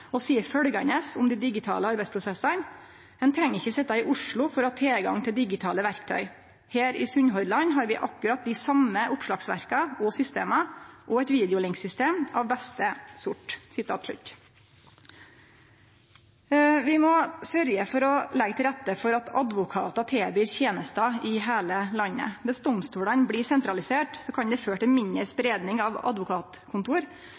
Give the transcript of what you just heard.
og sier følgende om de digitale arbeidsprosessene: – Man trenger ikke sitte i Oslo for å ha tilgang til digitale verktøy. Her i Sunnhordland har vi akkurat de samme oppslagsverkene og systemene, og et videolinksystem av beste sort.» Vi må sørgje for å leggje til rette for at advokatar tilbyr tenester i heile landet. Viss domstolane blir sentraliserte, kan det føre til mindre spreiing av advokatkontor